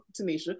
Tanisha